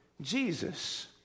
Jesus